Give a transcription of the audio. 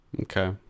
Okay